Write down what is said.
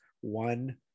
one